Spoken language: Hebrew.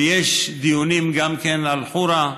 ויש דיונים גם על חורה.